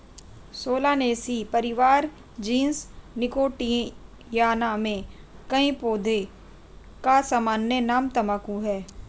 Solanaceae परिवार के genus Nicotiana में कई पौधों का सामान्य नाम तंबाकू है